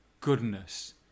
goodness